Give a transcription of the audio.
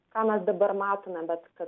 ką mes dabar matome bet kad